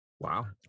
wow